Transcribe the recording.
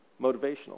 motivational